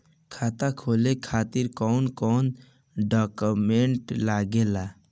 खाता खोले खातिर कौन कौन डॉक्यूमेंट लागेला?